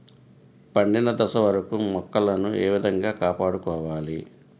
పండిన దశ వరకు మొక్కలను ఏ విధంగా కాపాడుకోవాలి?